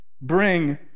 Bring